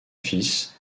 fils